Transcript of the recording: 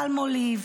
פלמוליב,